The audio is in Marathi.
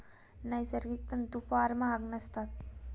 नैसर्गिक तंतू फार महाग नसतात